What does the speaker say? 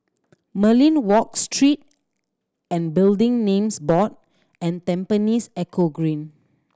Merlion Walk Street and Building Names Board and Tampines Eco Green